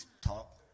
talk